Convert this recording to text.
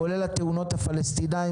כולל התאונות של הפלסטינים,